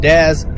Daz